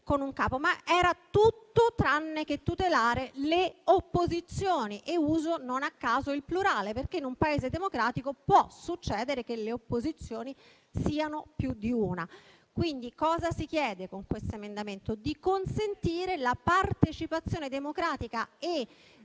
con un capo. Ciò era tutto tranne che tutelare le opposizioni e uso non a caso il plurale, perché in un Paese democratico può succedere che le opposizioni siano più di una. Con l'emendamento in esame si chiede, quindi, di consentire la partecipazione democratica, e